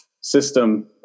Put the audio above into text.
system